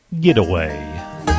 Getaway